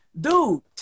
Dude